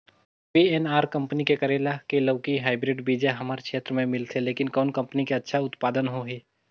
VNR company के करेला की लौकी हाईब्रिड बीजा हमर क्षेत्र मे मिलथे, लेकिन कौन कंपनी के अच्छा उत्पादन होही?